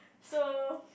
so